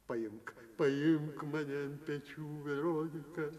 paimk paimk mane ant pečių veronika